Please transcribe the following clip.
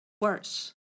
worse